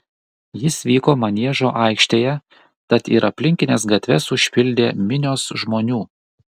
jis vyko maniežo aikštėje tad ir aplinkines gatves užpildė minios žmonių